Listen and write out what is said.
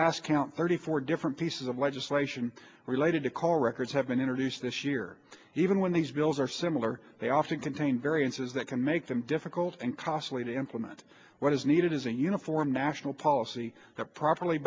last count thirty four different pieces of legislation related to call records have been introduced this year even when these bills are similar they often contain variances that can make them difficult and costly to implement what is needed is a uniform national policy that properly